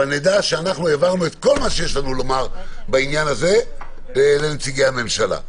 אבל נדע שהעברנו את כל מה שיש לנו לומר בעניין הזה לנציגי הממשלה.